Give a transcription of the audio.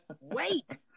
Wait